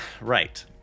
Right